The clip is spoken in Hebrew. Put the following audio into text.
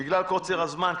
בגלל קוצר הזמן,